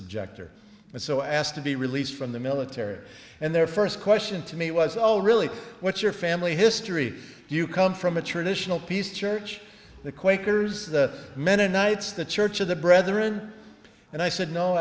objector and so i asked to be released from the military and their first question to me was all really what's your family history you come from a traditional pieced church the quakers the mennonites the church of the brethren and i said no